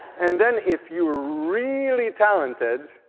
and then if you're really talented,